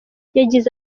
yagize